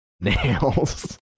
nails